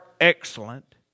excellent